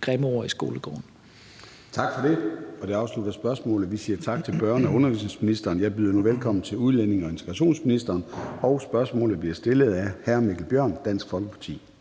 grimme ord i skolegården. Kl. 13:28 Formanden (Søren Gade): Tak for det. Det afslutter spørgsmålet. Vi siger tak til børne- og undervisningsministeren. Jeg byder nu velkommen til udlændinge- og integrationsministeren, og næste spørgsmål bliver stillet af hr. Mikkel Bjørn, Dansk Folkeparti.